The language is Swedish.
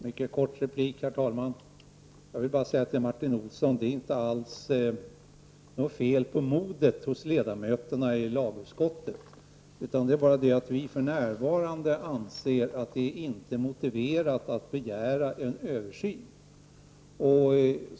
Herr talman! Jag vill komma med en mycket kort replik. Jag vill bara säga till Martin Olsson att det inte är något fel på modet hos ledamöterna i lagutskottet. Det är bara det att vi för närvarande anser att det inte är motiverat att begära en översyn.